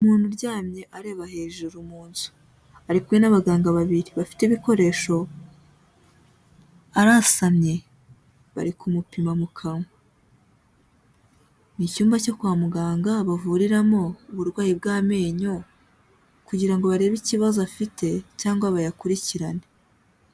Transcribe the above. Umuntu uryamye areba hejuru mu nzu, ari kumwe n'abaganga babiri bafite ikoresho, arasamye bari kumupima mu kanwa, ni icyumba cyo kwa muganga bavuriramo uburwayi bw'amenyo, kugira ngo barebe ikibazo afite cyangwa bayakurikirane.